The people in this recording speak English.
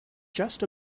just